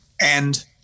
And-